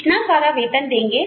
इतना सारा वेतन देंगे